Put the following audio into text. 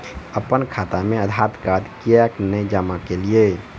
अप्पन खाता मे आधारकार्ड कियाक नै जमा केलियै?